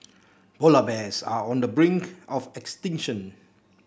polar bears are on the brink of extinction